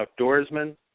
outdoorsman